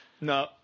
no